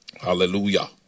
Hallelujah